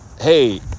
hey